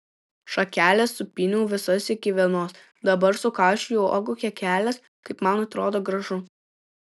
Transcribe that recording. šakeles supyniau visas iki vienos dabar sukaišioju uogų kekeles kaip man atrodo gražu